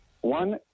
One